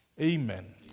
Amen